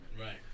right